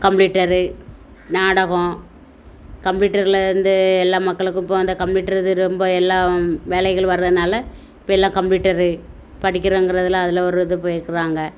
கம்ப்ளீடரு நாடகம் கம்ப்ளீடருல வந்து எல்லா மக்களுக்கும் இப்போது அந்த கம்ப்ளீடரு இது ரொம்ப எல்லாம் வேலைகள் வர்றதால இப்போ எல்லா கம்ப்ளீடரு படிக்கிறங்கிறதெலாம் அதில் ஒரு இது பேசுகிறாங்க